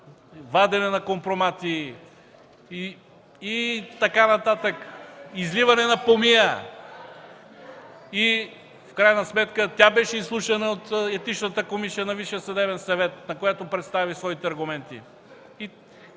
вадене на компромати, изливане на помия и така нататък. В крайна сметка тя беше изслушана от Етичната комисия на Висшия съдебен съвет, на която представи своите аргументи,